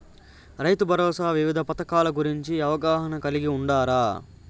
రైతుభరోసా వివిధ పథకాల గురించి అవగాహన కలిగి వుండారా?